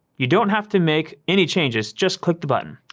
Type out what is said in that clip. you don't have to make any changes. just click the button.